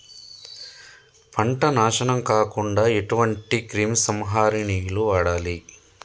పంట నాశనం కాకుండా ఎటువంటి క్రిమి సంహారిణిలు వాడాలి?